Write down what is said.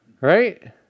Right